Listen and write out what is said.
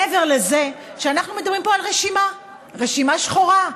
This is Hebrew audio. מעבר לזה שאנחנו מדברים פה על רשימה, רשימה שחורה,